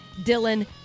Dylan